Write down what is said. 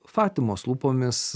fatimos lūpomis